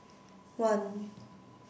one